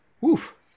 Woof